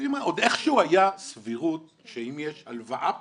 עוד איכשהו היה סבירות שאם יש הלוואה פתוחה,